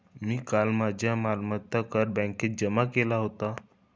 मी काल माझा मालमत्ता कर बँकेत जमा केला होता